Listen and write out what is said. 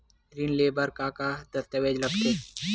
ऋण ले बर का का दस्तावेज लगथे?